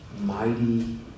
mighty